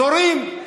זורעים.